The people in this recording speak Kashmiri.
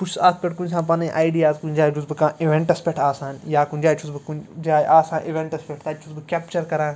بہٕ چھُس اَتھ پٮ۪ٹھ کُنہِ ساتہٕ پَنٕنۍ آیڈِیاز کُنہِ جایہِ چھُس بہٕ کانٛہہ اِوٮ۪نٛٹَس پٮ۪ٹھ آسان یا کُنہِ جایہِ چھُس بہٕ کُنہِ جایہِ آسان اِوٮ۪نٛٹَس پٮ۪ٹھ تَتہِ چھُس بہٕ کٮ۪پچَر کران